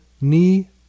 knee